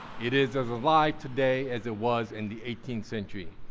it is as alive today as it was in the eighteenth century,